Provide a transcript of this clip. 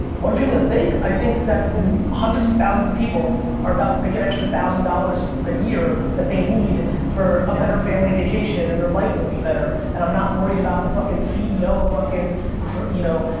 what are people gonna think? i think, that hundreds of thousands of people are about to make an extra thousand dollars a year that they need for a better family vacation and their life will be better, and i'm not worried about the fucking ceo of, you know,